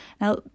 Now